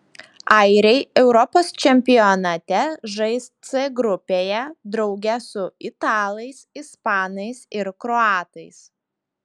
airiai europos čempionate žais c grupėje drauge su italais ispanais ir kroatais